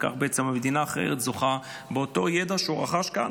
וכך בעצם מדינה אחרת זוכה באותו ידע שהוא רכש כאן,